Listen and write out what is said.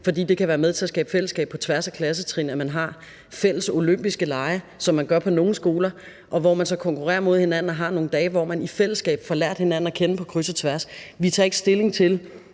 det kan være med til at skabe et fællesskab på tværs af klassetrin, at man har fælles olympiske lege, som man har på nogle skoler, hvor man så konkurrerer mod hinanden og har nogle dage, hvor man i fællesskab får lært hinanden at kende på kryds og tværs. Vi tager ikke stilling til,